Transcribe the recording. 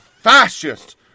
Fascists